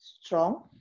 strong